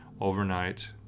overnight